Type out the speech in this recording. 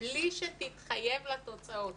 בלי שתתחייב לתוצאות.